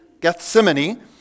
Gethsemane